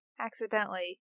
Accidentally